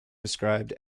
described